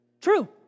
True